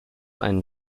ein